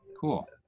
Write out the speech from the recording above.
Cool